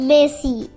Messi